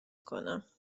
کنم